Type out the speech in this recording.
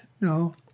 no